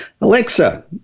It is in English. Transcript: Alexa